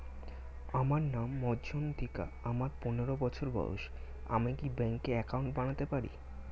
আমার নাম মজ্ঝন্তিকা, আমার পনেরো বছর বয়স, আমি কি ব্যঙ্কে একাউন্ট বানাতে পারি?